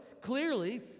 clearly